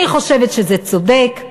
אני חושבת שזה צודק.